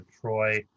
troy